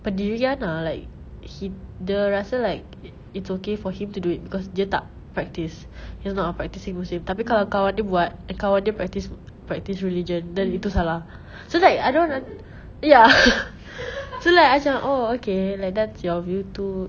pendirian ah like dia rasa like it's okay for him to do it because dia tak practise he's not a practising muslim tapi kalau kawan dia buat kawan dia practise practise religion then itu salah so like I don't wanna ya so like macam oh okay like that's your view too